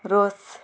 रोस